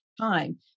time